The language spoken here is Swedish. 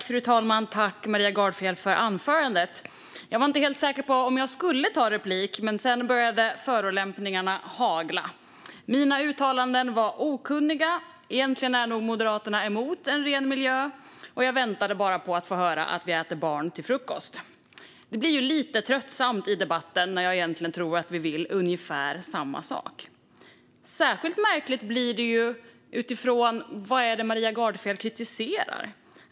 Fru talman! Tack, Maria Gardfjell, för anförandet! Jag var inte helt säker på om jag skulle begära replik, men sedan började förolämpningarna hagla. Mina uttalanden var okunniga, och egentligen är nog Moderaterna emot en ren miljö. Jag väntade bara på att få höra att vi äter barn till frukost. Det blir lite tröttsamt i debatten, när jag egentligen tror att vi vill ungefär samma sak. Särskilt märkligt blir det utifrån frågan vad det är som Maria Gardfjell kritiserar.